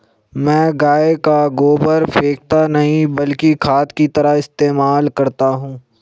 मैं गाय का गोबर फेकता नही बल्कि खाद की तरह इस्तेमाल करता हूं